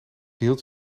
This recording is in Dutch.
hield